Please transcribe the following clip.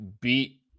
beat